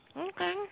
Okay